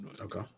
okay